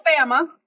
Alabama